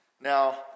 Now